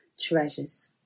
treasures